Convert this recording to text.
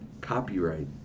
Copyright